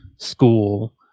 school